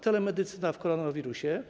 Telemedycyna w koronawirusie.